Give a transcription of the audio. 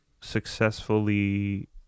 successfully